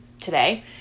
today